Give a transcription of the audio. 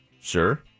Sure